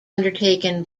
undertaken